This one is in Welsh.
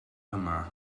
yma